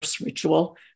ritual